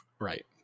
Right